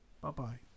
Bye-bye